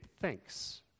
thinks